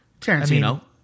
Tarantino